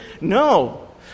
No